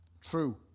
true